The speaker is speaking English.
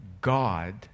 God